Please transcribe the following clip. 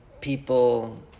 people